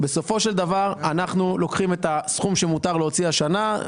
אנחנו לוקחים את הסכום שמותר להוציא בשנת 2023,